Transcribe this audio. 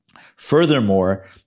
Furthermore